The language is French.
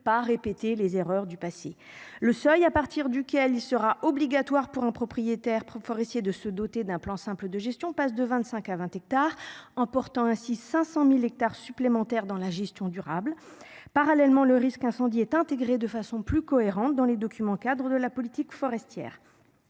pas répéter les erreurs du passé le seuil à partir duquel il sera obligatoire pour un propriétaire forestier de se doter d'un plan simple de gestion passe de 25 à 20 hectares emportant ainsi 500.000 hectares supplémentaires dans la gestion durable. Parallèlement le risque incendie est intégré de façon plus cohérente dans les documents Cadre de la politique forestière.